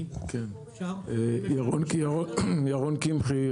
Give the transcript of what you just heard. ירון קמחי,